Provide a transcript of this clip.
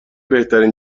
بهترین